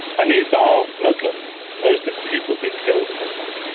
and these are muslims, most of the pupils being killed are muslim.